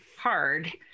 hard